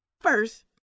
First